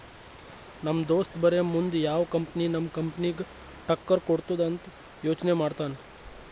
ನಮ್ ದೋಸ್ತ ಬರೇ ಮುಂದ್ ಯಾವ್ ಕಂಪನಿ ನಮ್ ಕಂಪನಿಗ್ ಟಕ್ಕರ್ ಕೊಡ್ತುದ್ ಅಂತ್ ಯೋಚ್ನೆ ಮಾಡ್ತಾನ್